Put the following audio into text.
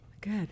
Good